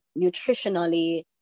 nutritionally